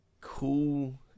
cool